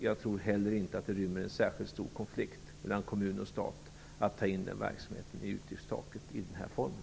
Jag tror inte heller att det rymmer en särskilt stor konflikt mellan kommuner och stat att ta in ett utgiftstak i den här formen.